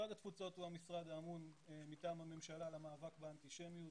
משרד התפוצות הוא המשרד האמון מטעם הממשלה על המאבק באנטישמיות